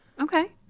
Okay